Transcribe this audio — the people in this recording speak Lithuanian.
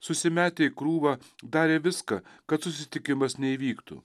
susimetę į krūvą darė viską kad susitikimas neįvyktų